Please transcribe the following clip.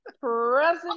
Present